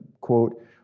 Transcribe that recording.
quote